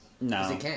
No